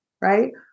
right